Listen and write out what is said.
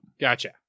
Gotcha